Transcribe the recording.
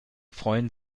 freuen